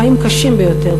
חיים קשים ביותר,